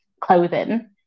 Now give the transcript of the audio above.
clothing